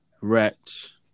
Wretch